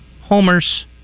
homers